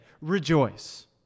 rejoice